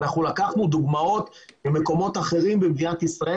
לקחנו דוגמאות ממקומות אחרים במדינת ישראל